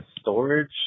storage